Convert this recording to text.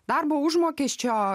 darbo užmokesčio